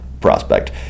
prospect